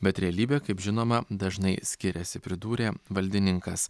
bet realybė kaip žinoma dažnai skiriasi pridūrė valdininkas